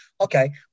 okay